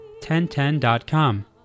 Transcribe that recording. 1010.com